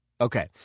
Okay